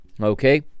Okay